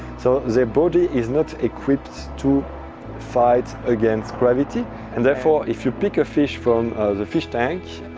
so their body is not equipped to fight against gravity and therefore, if you pick a fish from the fish tank,